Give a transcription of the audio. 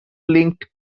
linked